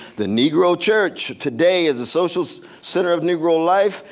the negro church today is the social center of negro life,